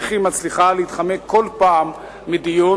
איך היא מצליחה להתחמק כל פעם מדיון